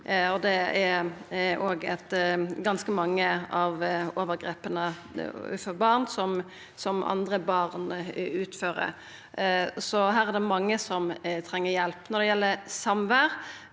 Det er ganske mange av overgrepa overfor barn som andre barn utfører. Så her er det mange som treng hjelp. Når det gjeld samvær,